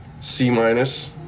C-Minus